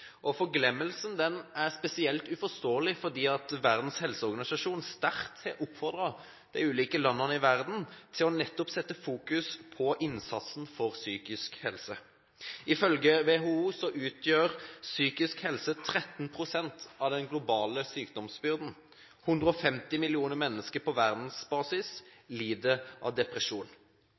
er spesielt uforståelig fordi Verdens helseorganisasjon sterkt har oppfordret de ulike landene i verden til nettopp å fokusere på innsatsen for psykisk helse. Ifølge WHO utgjør psykisk helse 13 pst. av den globale sykdomsbyrden. 150 millioner mennesker på verdensbasis lider av depresjon.